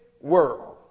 world